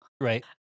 Right